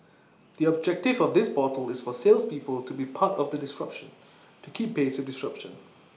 the objective of this portal is for salespeople to be part of the disruption to keep pace with disruption